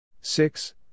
Six